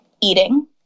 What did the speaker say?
Eating